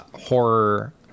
horror